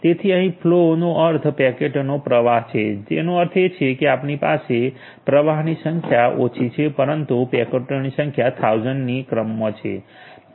તેથી અહીં ફલૉ પ્રવાહ નો અર્થ પેકેટોનો પ્રવાહ છે તેનો અર્થ એ કે અમારી પાસે પ્રવાહની સંખ્યા ઓછી છે પરંતુ પેકેટોની સંખ્યા 1000 ની ક્રમમાં છે